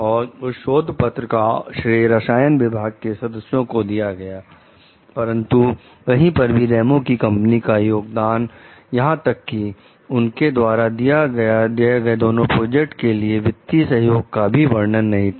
और उस शोध पत्र का श्रेय रसायन विभाग के सदस्यों को दिया गया परंतु कहीं पर भी रेमो की कंपनी के योगदान यहां तक की उनके द्वारा दिया गया दोनों प्रोजेक्ट के लिए वित्तीय सहयोग का भी वर्णन नहीं था